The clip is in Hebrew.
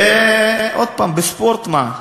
ועוד פעם, בספורט מה?